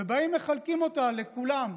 ובאים מחלקים אותה לכולם,